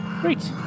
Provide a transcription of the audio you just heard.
great